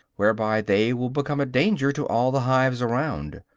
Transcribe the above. whereby they will become a danger to all the hives around.